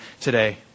today